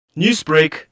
Newsbreak